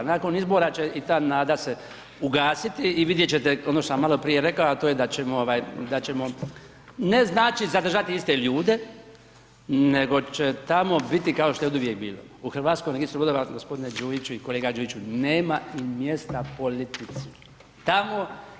Nakon izbora će i ta nada se ugasiti i vidjet ćete ono što sam maloprije rekao, a to je da ćemo ne znači zadržati iste ljude, nego će tamo biti kao što je oduvijek bilo u Hrvatskom registru brodova gospodine Đujiću i kolega Đujiću, nema mjesta politici tamo.